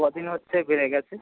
ক দিন হচ্ছে বেড়ে গেছে